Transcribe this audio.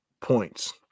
points